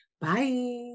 bye